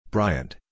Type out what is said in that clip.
Bryant